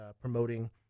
promoting